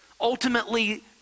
Ultimately